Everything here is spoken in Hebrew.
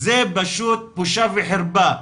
זה פשוט בושה וחרפה.